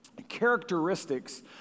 characteristics